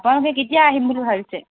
আপোনালোকে কেতিয়া আহিম বুলি ভাবিছে